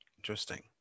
Interesting